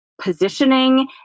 positioning